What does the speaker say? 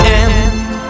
end